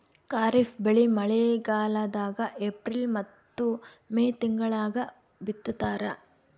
ಖಾರಿಫ್ ಬೆಳಿ ಮಳಿಗಾಲದಾಗ ಏಪ್ರಿಲ್ ಮತ್ತು ಮೇ ತಿಂಗಳಾಗ ಬಿತ್ತತಾರ